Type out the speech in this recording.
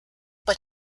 but